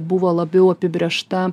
buvo labiau apibrėžta